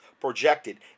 projected